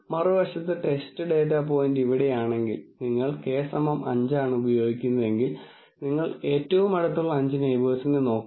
മറുവശത്ത് test data point ഇവിടെയാണെങ്കിൽ നിങ്ങൾ K 5 ആണ് ഉപയോഗിക്കുന്നതെങ്കിൽ നിങ്ങൾ ഏറ്റവും അടുത്തുള്ള 5 നെയിബേഴ്സിനെ നോക്കുക